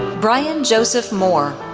bryan joseph moore,